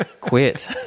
quit